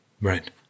Right